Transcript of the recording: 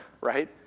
right